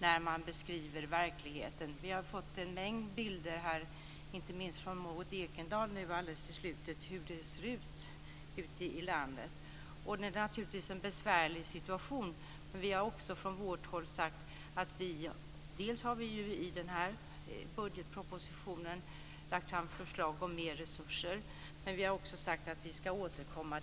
när man beskriver verkligheten. Vi har fått en mängd bilder här, inte minst från Maud Ekendahl alldeles nyligen, av hur det ser ut ute i landet. Situationen är naturligtvis besvärlig. Men från Socialdemokraternas håll har vi dels lagt fram förslag om mer resurser, dels sagt att vi ska återkomma.